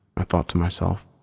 i thought to myself,